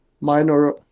minor